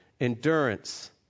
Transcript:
Endurance